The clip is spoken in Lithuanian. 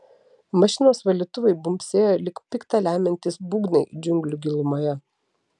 mašinos valytuvai bumbsėjo lyg pikta lemiantys būgnai džiunglių gilumoje